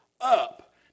up